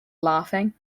laughing